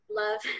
love